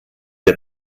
der